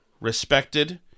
respected